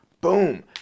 boom